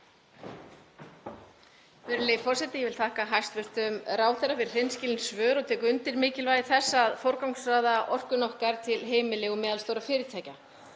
Virðulegi forseti. Ég vil þakka hæstv. ráðherra fyrir hreinskilin svör og tek undir mikilvægi þess að forgangsraða orkunni okkar til heimila og meðalstórra fyrirtækja.